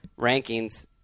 rankings